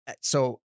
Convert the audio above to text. so-